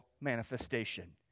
manifestation